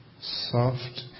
soft